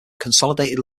consolidated